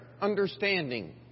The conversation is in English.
understanding